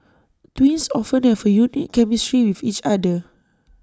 twins often have A unique chemistry with each other